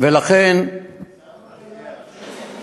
קראו